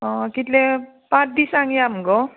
कितले पांच दिसांक या मुगो